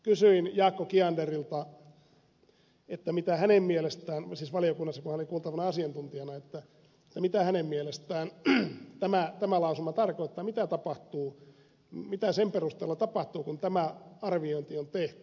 kysyin jaakko kianderilta valiokunnassa kun hän oli kuultavana asiantuntijana mitä hänen mielestään tämä lausuma tarkoittaa mitä sen perusteella tapahtuu kun tämä arviointi on tehty